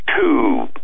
two